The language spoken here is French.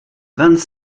vingt